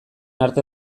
arte